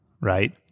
Right